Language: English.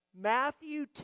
Matthew